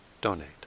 donate